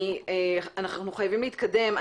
אנחנו חייבים להתקדם.